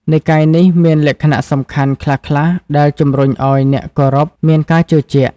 និកាយនេះមានលក្ខណៈសំខាន់ខ្លះៗដែលជំរុញឲ្យអ្នកគោរពមានការជឿជាក់។